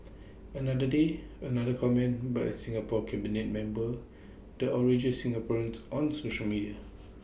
another day another comment by A Singapore cabinet member the outrages Singaporeans on social media